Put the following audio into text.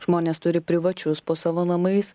žmonės turi privačius po savo namais